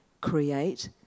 create